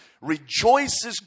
rejoices